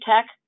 tech